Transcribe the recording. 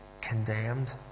condemned